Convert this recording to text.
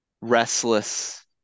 restless